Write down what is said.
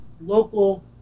local